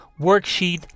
Worksheet